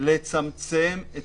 לצמצם את